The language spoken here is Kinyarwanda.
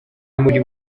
muri